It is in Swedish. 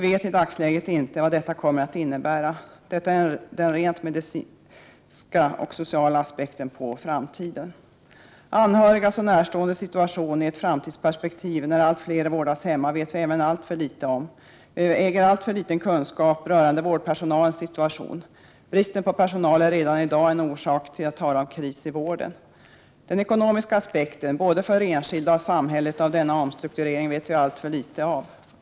I dagsläget vet vi inte vad detta kommer att innebära. Detta är den rent medicinska och sociala aspekten på framtiden. Anhörigas och närståendes situation i ett framtidsperspektiv när allt fler vårdas hemma vet vi likaså alltför litet om. Vi äger alltför liten kunskap rörande vårdpersonalens situation. Bristen på personal ger redan i dag skäl att tala om kris i vården. Den ekonomiska aspekten, både för enskilda och för samhället, av denna omstrukturering vet vi alltför litet om.